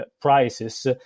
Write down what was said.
prices